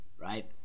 right